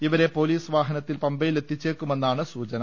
ഇവരെ പൊലിസ് വാഹനത്തിൽ പമ്പയിലെത്തിച്ചേക്കുമെന്നാണ് സൂ ചന